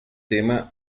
tema